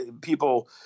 people